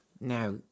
now